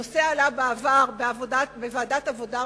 הנושא עלה בעבר בוועדת העבודה,